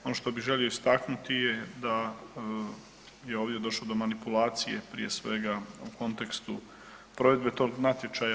Ono što bih želio istaknuti je da je ovdje došlo do manipulacije prije svega u kontekstu provedbe tog natječaja.